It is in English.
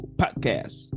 podcast